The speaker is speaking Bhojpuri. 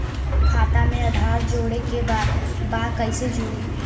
खाता में आधार जोड़े के बा कैसे जुड़ी?